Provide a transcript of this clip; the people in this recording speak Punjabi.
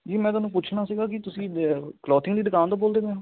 ਜੀ ਮੈਂ ਤੁਹਾਨੂੰ ਪੁੱਛਣਾ ਸੀਗਾ ਕਿ ਤੁਸੀਂ ਦ ਕਲੋਥਿੰਗ ਦੀ ਦੁਕਾਨ ਤੋਂ ਬੋਲਦੇ ਪਏ ਹੋ